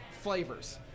flavors